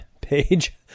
page